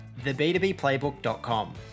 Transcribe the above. theb2bplaybook.com